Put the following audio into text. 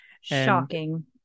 Shocking